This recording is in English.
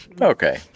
Okay